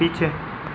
पीछे